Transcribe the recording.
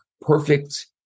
perfect